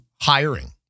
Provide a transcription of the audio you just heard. hiring